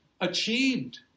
achieved